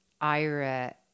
Ira